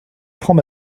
franc